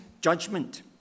judgment